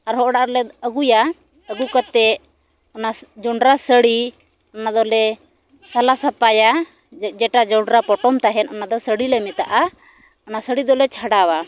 ᱟᱨᱦᱚᱸ ᱚᱲᱟᱜ ᱨᱮᱞᱮ ᱟᱹᱜᱩᱭᱟ ᱟᱹᱜᱩ ᱠᱟᱛᱮᱫ ᱚᱱᱟ ᱡᱚᱸᱰᱨᱟ ᱥᱟᱺᱲᱤ ᱚᱱᱟ ᱫᱚᱞᱮ ᱥᱟᱞᱟ ᱥᱟᱯᱟᱭᱟ ᱡᱮᱴᱟ ᱡᱚᱸᱰᱨᱟ ᱯᱚᱴᱚᱢ ᱛᱟᱦᱮᱱ ᱚᱱᱟ ᱫᱚ ᱥᱟᱺᱲᱤ ᱞᱮ ᱢᱮᱛᱟᱜᱼᱟ ᱚᱱᱟ ᱥᱟᱺᱲᱤ ᱫᱚᱞᱮ ᱪᱷᱟᱰᱟᱣᱟ